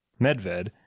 Medved